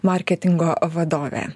marketingo vadovė